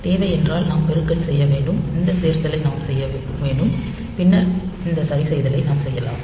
தேவை என்னவென்றால் நாம் பெருக்கல் செய்ய வேண்டும் இந்த சேர்த்தலை நாம் செய்ய வேண்டும் பின்னர் இந்த சரிசெய்தலை நாம் செய்யலாம்